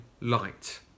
light